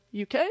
UK